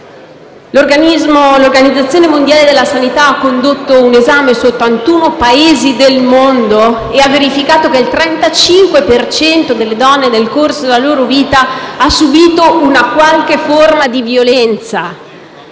L'Organizzazione mondiale della sanità ha condotto un esame su 81 Paesi del mondo e ha verificato che il 35 per cento delle donne, nel corso della propria vita, ha subito una qualche forma di violenza: